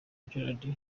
gérard